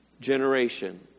generation